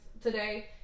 today